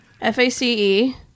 F-A-C-E